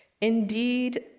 Indeed